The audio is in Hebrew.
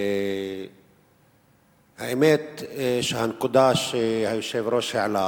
האמת, הנקודה שהיושב-ראש העלה